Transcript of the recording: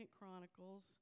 Chronicles